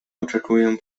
oczekuję